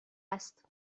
است